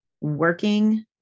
working